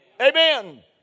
Amen